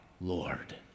Lord